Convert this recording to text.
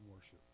worship